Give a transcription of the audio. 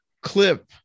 clip